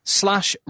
slash